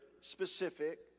specific